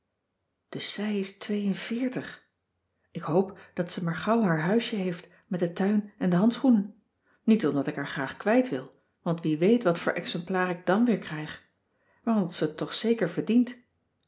dus zij is twee en veertig ik hoop dat ze maar gauw haar huisje heeft met den tuin en de handschoenen niet omdat ik haar graag kwijt wil want wie weet wat voor exemplaar ik dan weer krijg maar omdat zij het toch zeker verdient